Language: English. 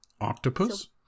octopus